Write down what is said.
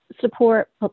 support